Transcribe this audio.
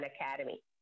academy